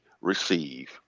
receive